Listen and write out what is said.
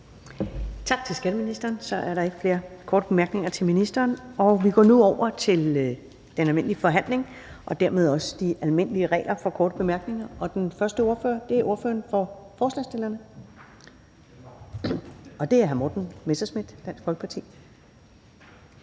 Tak til skatteministeren. Så er der ikke flere korte bemærkninger til ministeren, og vi går nu over til den almindelige forhandling og dermed også de almindelige regler for korte bemærkninger. Den første ordfører er ordføreren for forespørgerne, og det er hr. Morten Messerschmidt, Dansk Folkeparti.